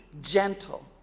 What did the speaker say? gentle